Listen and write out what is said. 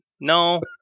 No